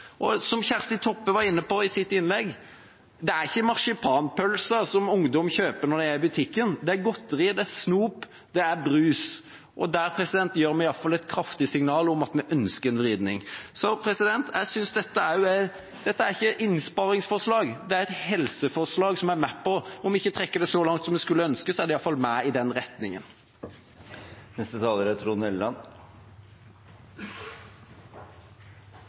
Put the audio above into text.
helse. Som Kjersti Toppe var inne på i sitt innlegg: Det er ikke marsipanpølse ungdom kjøper når de er i butikken, det er godteri, det er snop, det er brus. Der gir vi i hvert fall et kraftig signal om at vi ønsker en vridning. Så jeg synes at dette ikke er et innsparingsforslag, det er et helseforslag som vi er med på. Om vi ikke trekker det så langt som en skulle ønske, er det iallfall mer i den retningen. Presidenten lurer litt på hvem det egentlig er